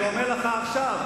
אני אומר לך עכשיו,